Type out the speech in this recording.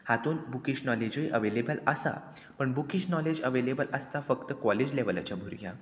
हातूंत बुकीश नॉलेजूय अवेलेबल आसा पण बुकीश नॉलेज अवेलेबल आसता फक्त कॉलेज लेवलाच्या भुरग्यांक